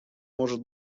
может